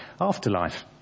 afterlife